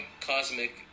cosmic